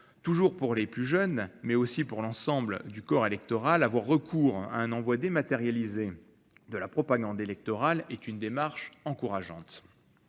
Toujours pour les plus jeunes, mais aussi pour l'ensemble du corps électoral, avoir recours à un envoi dématérialisé de la propagande électorale est une démarche encourageante.